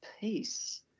peace